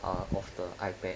a of the ipad